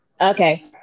Okay